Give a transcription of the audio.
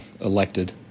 elected